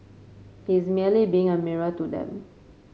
he's merely being a mirror to them